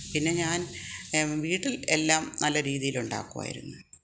പിന്നെ ഞാൻ വീട്ടിൽ എല്ലാം നല്ല രീതിയിൽ ഉണ്ടാക്കുമായിരുന്നു